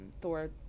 Thor